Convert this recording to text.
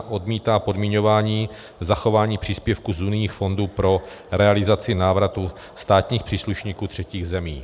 odmítá podmiňování zachování příspěvků z unijních fondů pro realizaci návratu státních příslušníků třetích zemí.